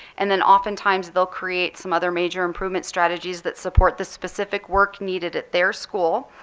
and then oftentimes they'll create some other major improvement strategies that support the specific work needed at their school.